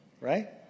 right